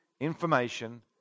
information